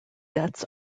debts